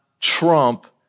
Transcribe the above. trump